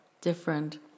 different